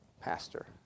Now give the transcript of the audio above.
pastor